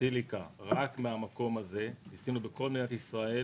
סיליקה, רק מהמקום הזה ניסינו בכל מדינת ישראל